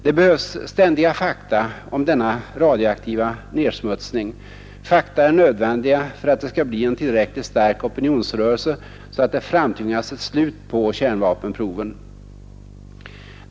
Det behövs ständiga fakta om denna radioaktiva nedsmutsning. Fakta är nödvändiga för att det skall bli en tillräckligt stark opinionsrörelse så att det framtvingas ett slut på kärnvapenproven.